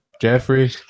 Jeffrey